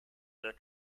the